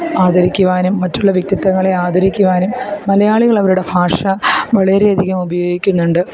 ആദരിക്കുവാനും മറ്റുള്ള വ്യക്തിത്വങ്ങളെ ആദരിക്കുവാനും മലയാളികൾ അവരുടെ ഭാഷ വളരെ അധികം ഉപയോഗിക്കുന്നുണ്ട്